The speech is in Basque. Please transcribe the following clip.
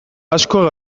asko